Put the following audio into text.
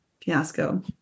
fiasco